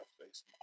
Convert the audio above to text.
face